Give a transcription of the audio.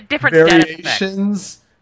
variations